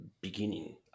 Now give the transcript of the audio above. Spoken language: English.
beginning